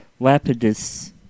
Lapidus